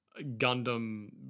Gundam